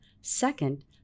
Second